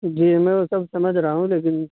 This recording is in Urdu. جی میں وہ سب سمجھ رہا ہوں لیکن